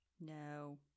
No